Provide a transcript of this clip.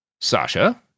Sasha